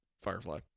Firefly